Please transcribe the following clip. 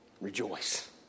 rejoice